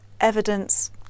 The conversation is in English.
evidence